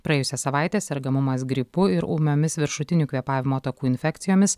praėjusią savaitę sergamumas gripu ir ūmiomis viršutinių kvėpavimo takų infekcijomis